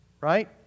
Right